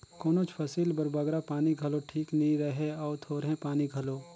कोनोच फसिल बर बगरा पानी घलो ठीक नी रहें अउ थोरहें पानी घलो